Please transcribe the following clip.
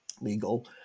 legal